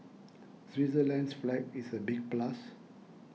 Switzerland's flag is a big plus